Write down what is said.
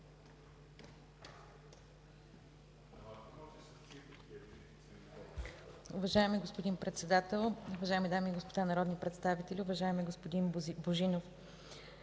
Уважаеми господин Председател, уважаеми дами и господа народни представители! Уважаеми господин Божинов,